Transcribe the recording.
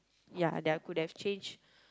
ya that I could have changed